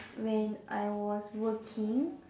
when I was working